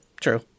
true